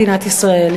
מדינת ישראל,